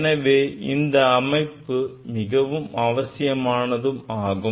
எனவே இந்த அமைப்பு மிகவும் அத்தியாவசியமானதாகும்